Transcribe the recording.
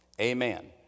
Amen